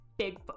Bigfoot